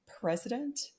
President